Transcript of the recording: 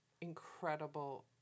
incredible